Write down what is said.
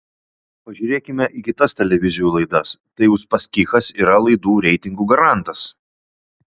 pažiūrėkime į kitas televizijų laidas tai uspaskichas yra laidų reitingų garantas